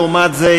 לעומת זאת,